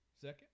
second